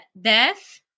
death